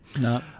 No